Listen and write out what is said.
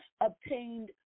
obtained